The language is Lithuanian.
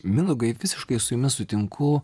mindaugai visiškai su jumis sutinku